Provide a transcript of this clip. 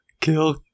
Kill